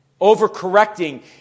overcorrecting